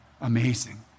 Amazing